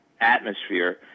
atmosphere